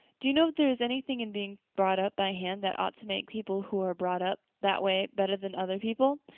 do you know if there is anything in being brought up by hand that ought to make people who are brought up that way better than other people?